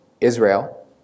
Israel